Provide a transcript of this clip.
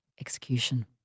execution